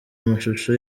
amashusho